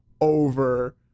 over